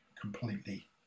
completely